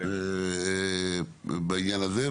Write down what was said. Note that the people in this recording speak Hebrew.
בעניין הזה.